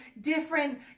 different